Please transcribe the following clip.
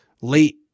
late